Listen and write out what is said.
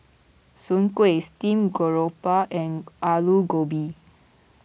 Soon Kway Steam Garoupa and Aloo Gobi